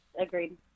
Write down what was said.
agreed